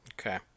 Okay